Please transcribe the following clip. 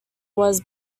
was